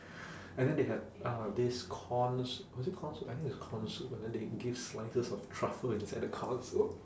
and then they had uh this corn soup was it corn soup I think it's corn soup and then they give slices of truffle inside the corn soup